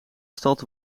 stad